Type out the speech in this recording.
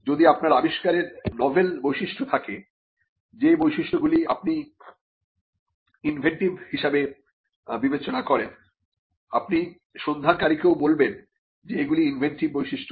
যদি আপনার আবিষ্কারের নভেল বৈশিষ্ট্য থাকে যে বৈশিষ্ট্যগুলি আপনি ইনভেন্টিভ হিসাবে বিবেচনা করেন আপনি সন্ধানকারীকেও বলবেন যে এগুলি ইনভেন্টিভ বৈশিষ্ট্য